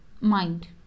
mind